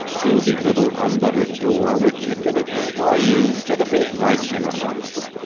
to the little unlettered door which admitted employes to the big, bright, inner office.